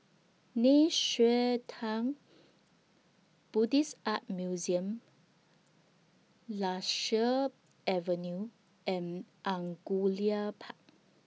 Nei Xue Tang Buddhist Art Museum Lasia Avenue and Angullia Park